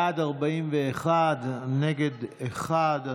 בעד, 41, נגד, אחד.